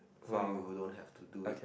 so you don't have to do it